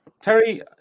Terry